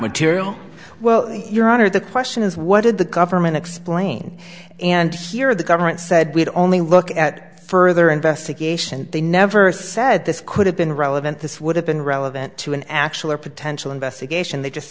material well your honor the question is what did the government explain and here the government said we'd only look at further investigation they never said this could have been relevant this would have been relevant to an actual or potential investigation they just